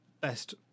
best